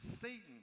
Satan